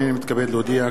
הנני מתכבד להודיע,